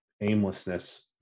aimlessness